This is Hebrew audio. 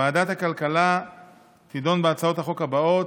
ועדת הכלכלה תדון בהצעות החוק הבאות: